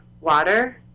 water